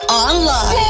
online